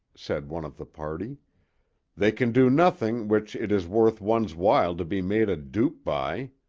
said one of the party they can do nothing which it is worth one's while to be made a dupe by.